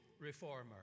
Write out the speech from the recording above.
reformer